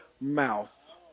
mouth